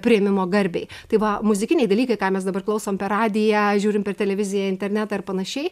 priėmimo garbei tai va muzikiniai dalykai ką mes dabar klausom per radiją žiūrim per televiziją internetą ir panašiai